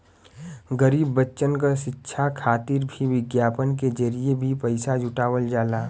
गरीब बच्चन क शिक्षा खातिर भी विज्ञापन के जरिये भी पइसा जुटावल जाला